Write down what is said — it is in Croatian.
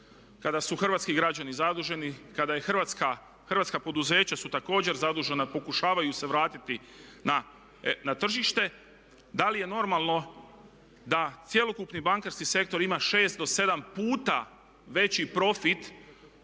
kada su hrvatski građani zaduženi, kada je Hrvatska, hrvatska poduzeća su također zadužena i pokušavaju se vratiti na tržište da li je normalno da cjelokupni bankarski sektor ima 6 do 7 puta veći profit